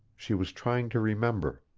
she was trying to remember.